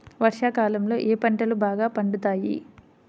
వర్షాకాలంలో ఏ పంటలు బాగా పండుతాయి?